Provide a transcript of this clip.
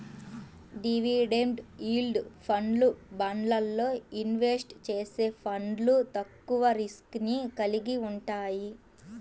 dividend yield ఫండ్లు, బాండ్లల్లో invest చేసే ఫండ్లు తక్కువ రిస్క్ ని కలిగి వుంటయ్యి